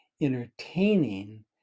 entertaining